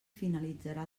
finalitzarà